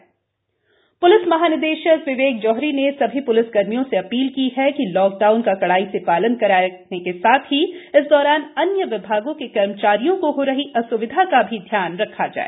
DGP appeal police महानिदेशक विवेक जौहरी ने सभी प्लिस कर्मियों से अपील की है की लॉक डाउन का कड़ाई से पालन कराएं साथ ही इस दौरान अन्य विभागों के कर्मचारियों को हो रही अस्विधा का भी ध्यान भी रखें